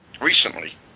recently